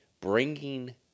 bringing